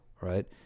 right